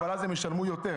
אבל אז הם ישלמו יותר.